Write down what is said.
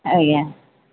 ଆଜ୍ଞା